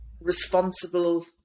responsible